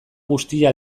guztia